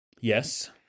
Yes